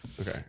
Okay